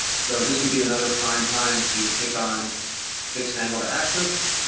so this would be another primetime to kick on fixed angle to axis.